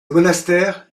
monastère